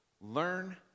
Learn